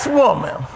woman